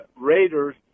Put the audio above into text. Raiders